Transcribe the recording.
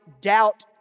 doubt